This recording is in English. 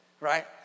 right